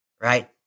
right